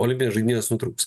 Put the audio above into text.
olimpinės žaidynės nutrūks